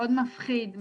מאוד מפחיד,